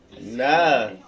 Nah